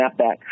snapback